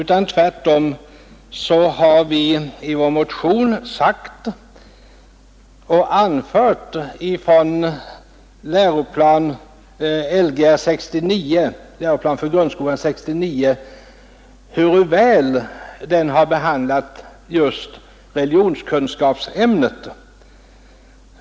Tvärtom har vi i vår motion anfört hur väl Lgr 69 har behandlat just religionskunskapsämnet.